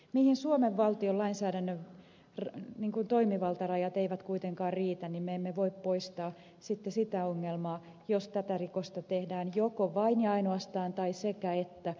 mihin suomen valtion lainsäädännön toimivaltarajat eivät kuitenkaan riitä niin me emme voi poistaa sitä ongelmaa jos tätä rikosta tehdään joko vain ja ainoastaan naapurimaiden tullipuolella tai sekä että